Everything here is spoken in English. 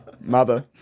Mother